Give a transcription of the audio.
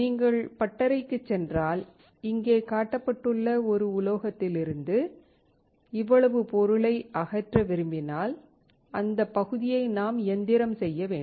நீங்கள் பட்டறைக்குச் சென்றால் இங்கே காட்டப்பட்டுள்ள ஒரு உலோகத்திலிருந்து இவ்வளவு பொருளை அகற்ற விரும்பினால் அந்த பகுதியை நாம் இயந்திரம் செய்ய வேண்டும்